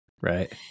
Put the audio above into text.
Right